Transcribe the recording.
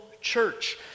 church